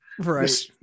right